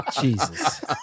Jesus